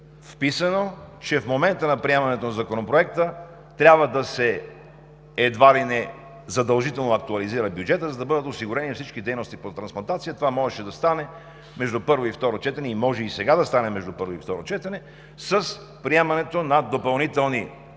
вписано, че в момента на приемането на Законопроекта трябва едва ли не задължително да се актуализира бюджетът, за да бъдат осигурени всички дейности по трансплантация. Това можеше да стане между първо и второ четене, може и сега да стане между първо и второ четене с приемането на допълнителни